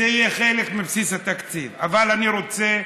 זה יהיה חלק מבסיס התקציב, אבל אני רוצה